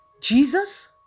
Jesus